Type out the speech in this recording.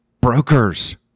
brokers